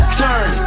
turn